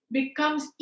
becomes